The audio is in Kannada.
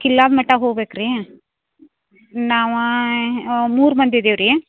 ಕಿಲ್ಲಾರ್ ಮಠಕ್ ಹೋಗ್ಬೇಕು ರೀ ನಾವು ಮೂರು ಮಂದಿ ಇದ್ದೀವಿ ರೀ